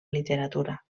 literatura